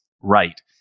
right